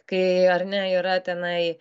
kai ar ne yra tenai